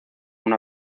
una